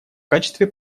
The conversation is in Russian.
качестве